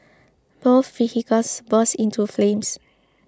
both vehicles burst into flames